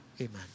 Amen